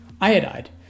iodide